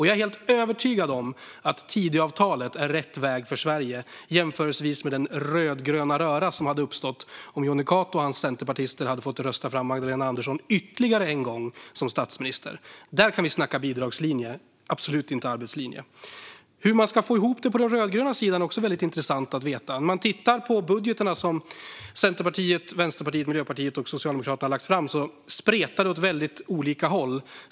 Jag är helt övertygad om att Tidöavtalet är rätt väg för Sverige jämfört med den rödgröna röra som hade uppstått om Jonny Cato och hans centerpartister hade fått rösta fram Magdalena Andersson som statsminister ytterligare en gång. Där kan vi snacka bidragslinje och absolut inte arbetslinje. Hur den rödgröna sidan skulle få ihop det vore också intressant att få veta. Om man tittar på budgetarna som Centerpartiet, Vänsterpartiet, Miljöpartiet och Socialdemokraterna har lagt fram ser man att de spretar åt väldigt olika håll.